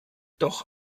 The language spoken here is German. doch